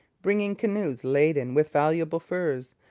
bringing canoes laden with valuable furs,